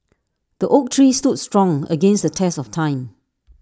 the oak tree stood strong against the test of time